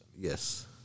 Yes